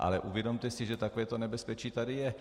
Ale uvědomte si, že takové nebezpečí tady je.